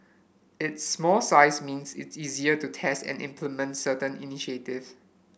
its small size means it easier to test and implement certain initiatives